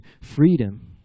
freedom